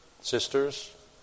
Sisters